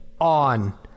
on